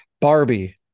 Barbie